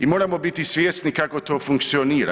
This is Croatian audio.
I moramo biti svjesni kako to funkcionira.